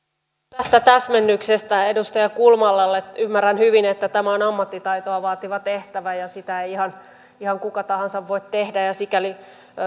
tästä täsmennyksestä edustaja kulmalalle ymmärrän hyvin että tämä on ammattitaitoa vaativa tehtävä ja sitä ei ihan ihan kuka tahansa voi tehdä ja sikäli